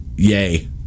yay